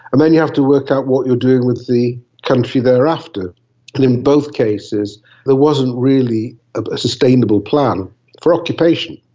and then you have to work out what you're doing with the country thereafter. and in both cases there wasn't really a sustainable plan for occupation.